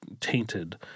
tainted